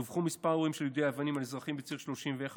דווחו כמה אירועים של יידוי אבנים על אזרחים בציר 31,